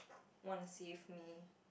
want to save me